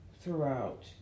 throughout